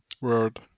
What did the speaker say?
Word